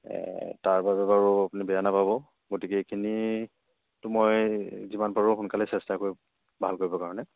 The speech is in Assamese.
তাৰ বাবে বাৰু আপুনি বেয়া নাপাব গতিকে এইখিনিটো মই যিমান পাৰোঁ সোনকালে চেষ্টা কৰি ভাল কৰিবৰ কাৰণে